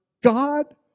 God